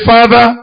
Father